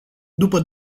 după